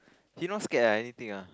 you not scared ah anything ah